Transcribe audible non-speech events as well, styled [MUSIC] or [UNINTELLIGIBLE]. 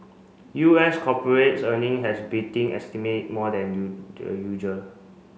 U S corporate earning has beating estimate more than [UNINTELLIGIBLE] the usual